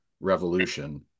Revolution